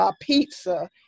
pizza